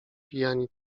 pijani